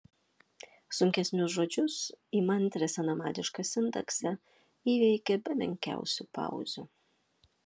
sunkesnius žodžius įmantrią senamadišką sintaksę įveikė be menkiausių pauzių